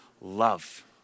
love